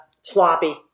sloppy